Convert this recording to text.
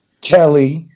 Kelly